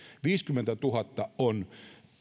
viisikymmentätuhatta on